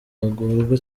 agorwa